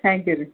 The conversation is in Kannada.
ಥ್ಯಾಂಕ್ ಯು ರೀ